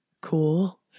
cool